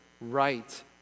right